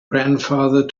grandfather